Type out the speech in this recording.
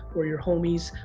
or your homies,